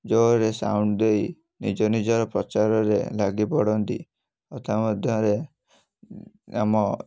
ଜୋରରେ ସାଉଣ୍ଡ ଦେଇ ନିଜନିଜର ପ୍ରଚାରରେ ଲାଗିପଡ଼ନ୍ତି ଆଉ ତା ମଧ୍ୟରେ ଆମ